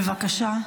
בבקשה.